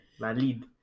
Valid